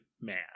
man